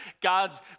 God's